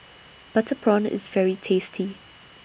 Butter Prawn IS very tasty